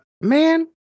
man